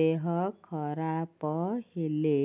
ଦେହ ଖରାପ ହେଲେ